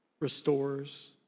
restores